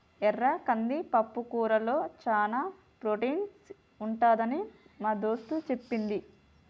ఎర్ర కంది పప్పుకూరలో చానా ప్రోటీన్ ఉంటదని మా దోస్తు చెప్పింది